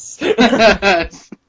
Yes